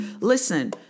Listen